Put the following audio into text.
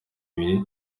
ibiri